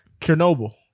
Chernobyl